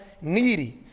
needy